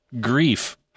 grief